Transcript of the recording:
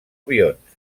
avions